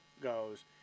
goes